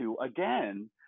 again